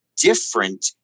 different